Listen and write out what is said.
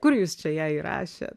kur jūs čia ją įrašė